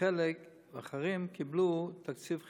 ואחרים קיבלו תקציב חלקי.